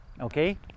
Okay